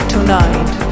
Tonight